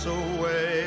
away